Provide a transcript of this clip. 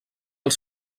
els